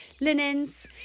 linens